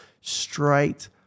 straight